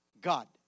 God